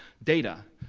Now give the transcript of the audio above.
data.